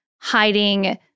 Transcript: hiding